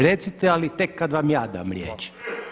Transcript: Recite, ali tek kada vam ja dam riječ.